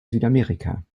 südamerika